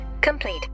complete